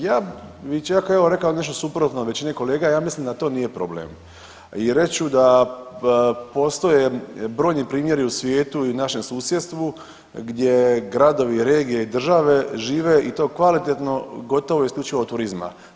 Ja bih čak evo rekao nešto suprotno većini kolega, ja mislim da to nije problem jer reći ću da postoje brojni primjeri u svijetu i našem susjedstvu gdje gradovi, regije i države žive i to kvalitetno gotovo isključivo od turizma.